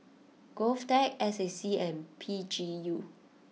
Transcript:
Govtech S A C and P G U